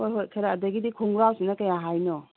ꯍꯣꯏ ꯍꯣꯏ ꯈꯔ ꯑꯗꯒꯤꯗꯤ ꯈꯣꯡꯒ꯭ꯔꯥꯎꯁꯤꯅ ꯀꯌꯥ ꯍꯥꯏꯅꯣ